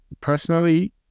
personally